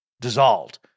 dissolved